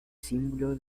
símbolo